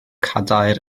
cadair